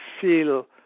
feel